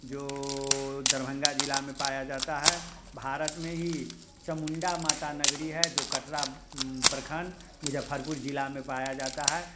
जो दरभंगा ज़िले में पाया जाता है भारत में ही चमुंडा माता नगरी है जो कटरा प्रखंड मुज़फ़्फ़रपुर ज़िले में पाया जाता है